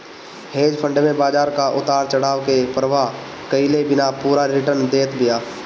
hedge fund में बाजार कअ उतार चढ़ाव के परवाह कईले बिना पूरा रिटर्न देत बिया